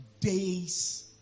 days